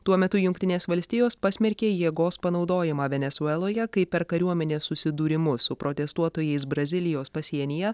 tuo metu jungtinės valstijos pasmerkė jėgos panaudojimą venesueloje kai per kariuomenės susidūrimus su protestuotojais brazilijos pasienyje